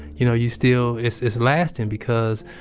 you know, you still, it's it's lasting because